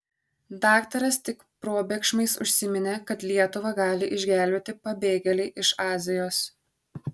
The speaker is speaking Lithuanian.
daktaras tik probėgšmais užsiminė kad lietuvą gali išgelbėti pabėgėliai iš azijos